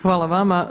Hvala vama.